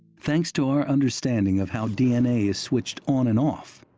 thanks to our understanding of how d n a. is switched on and off,